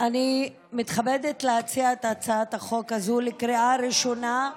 אני מתכבדת להציע את הצעת החוק הזו לקריאה ראשונה.